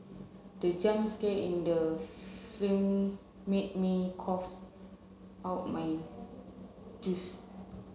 the jump scare in the film made me cough out my juice